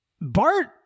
bart